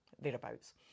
thereabouts